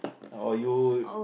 or you